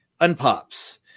Unpops